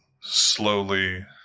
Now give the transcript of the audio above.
slowly